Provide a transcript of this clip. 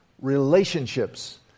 relationships